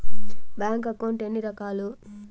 bank account ఎన్ని రకాలు